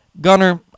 Gunner